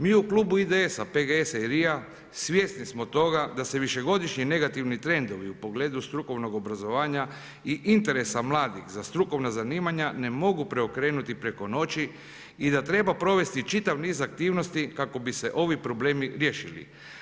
Mi u klubu IDS-a, PGS-a i LRI-a svjesni smo toga da se višegodišnji negativni trendovi u pogledu strukovnog obrazovanja i interesa mladih za strukovna zanimanja, ne mogu preokrenuti preko noći i da treba provesti čitav niz aktivnosti kako bi se ovi problemi riješili.